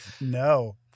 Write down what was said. no